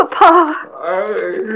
Papa